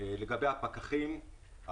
לגבי הפקחים,